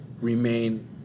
remain